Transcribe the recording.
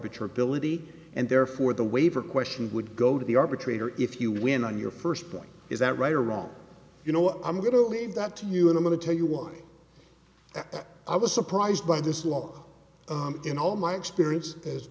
biter ability and therefore the waiver question would go to the arbitrator if you win on your first point is that right or wrong you know i'm going to leave that to you and i'm going to tell you why i was surprised by this law in all my experience